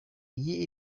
iyi